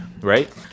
right